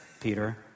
Peter